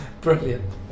Brilliant